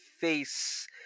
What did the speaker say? Face